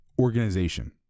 organization